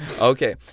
Okay